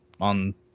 on